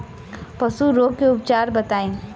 पशु रोग के उपचार बताई?